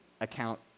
account